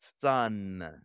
Son